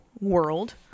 world